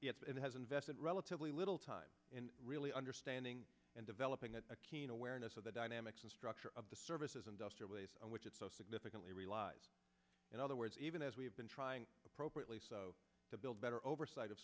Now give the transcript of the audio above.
it has invested relatively little time in really understanding and developing at a keen awareness of the dynamics and structure of the services industrial base which is so significantly realized in other words even as we have been trying to probe to build better oversight of